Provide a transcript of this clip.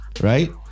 right